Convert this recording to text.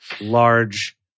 large